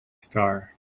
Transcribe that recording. star